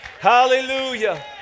Hallelujah